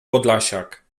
podlasiak